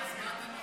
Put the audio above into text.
שידורים זר בביטחון